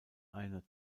eine